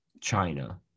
china